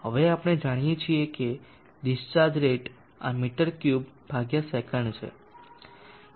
હવે આપણે જાણીએ છીએ કે ડિસ્ચાર્જ રેટ આ મી3 સે છે